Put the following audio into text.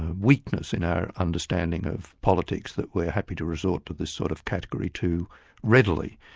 weakness in our understanding of politics that we're happy to resort to this sort of category too readily.